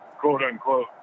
quote-unquote